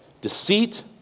deceit